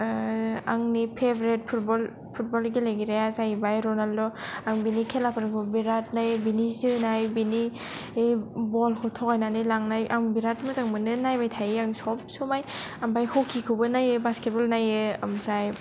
आंनि favourite football football गेलेग्राया जाहैबाय रनाल्ड' आं बिनि खेला फोरखौ बेराद नायो बिनि जोनाय बिनि बलखौ थगायनानै लांनाय आं बेराद मोजां मोनो नायबाय थायो आं सबसमाय आमफाय हखिखौबो नायो बास्केटबल नायो आमफ्राय